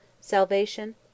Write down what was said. Salvation